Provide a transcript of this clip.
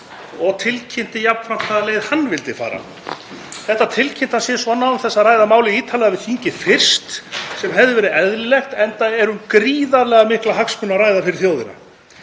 og tilkynnti jafnframt hvaða leið hann vildi fara. Þetta tilkynnti hann sisvona án þess að ræða málið ítarlega við þingið fyrst sem hefði verið eðlilegt, enda er um gríðarlega mikla hagsmuni að ræða fyrir þjóðina.